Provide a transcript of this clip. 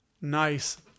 Nice